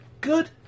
good